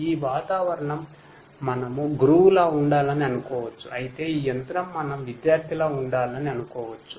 ఈ వాతావరణం మనం గురువులా ఉండాలని అనుకోవచ్చు అయితే ఈ యంత్రం మనం విద్యార్థిలా ఉండాలని అనుకోవచ్చు